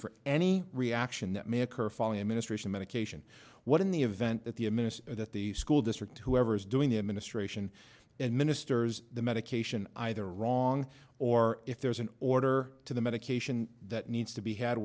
for any reaction that may occur following administration medication what in the event that the a minister at the school district whoever is doing the administration and ministers the medication either wrong or if there's an order to the medication that needs to be